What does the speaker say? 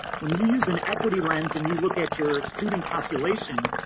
when you use an equity lens and you look at your student population,